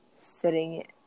sitting